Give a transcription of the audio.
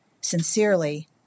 Sincerely